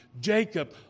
Jacob